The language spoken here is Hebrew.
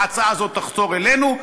ההצעה הזאת תחזור אלינו,